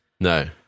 No